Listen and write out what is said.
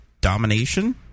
domination